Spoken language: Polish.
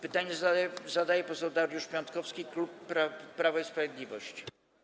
Pytanie zadaje poseł Dariusz Piontkowski, klub Prawo i Sprawiedliwość.